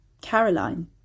Caroline